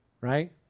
right